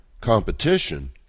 competition